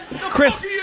Chris